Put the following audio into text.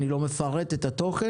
אני לא מפרט את התוכן.